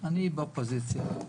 אני באופוזיציה,